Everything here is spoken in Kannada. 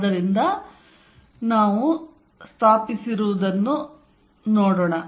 ಆದ್ದರಿಂದ ನಾವು ಸ್ಥಾಪಿಸಿರುವುದನ್ನು ನೋಡೋಣ